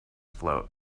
float